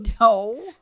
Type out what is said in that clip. no